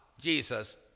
Jesus